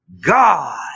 God